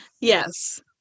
yes